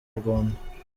rwanda